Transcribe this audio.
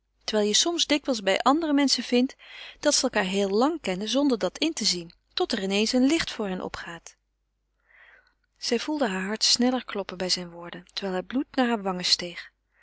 terwijl je soms dikwijls bij andere menschen vindt dat ze elkaâr heel lang kennen zonder dat in te zien tot er in eens een licht voor hen opgaat zij voelde heur hart sneller kloppen bij zijne woorden terwijl het bloed naar hare wangen steeg